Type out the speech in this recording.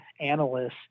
analysts